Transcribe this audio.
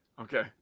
Okay